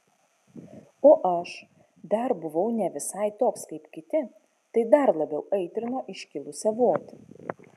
o aš dar buvau ne visai toks kaip kiti tai dar labiau aitrino iškilusią votį